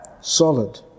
solid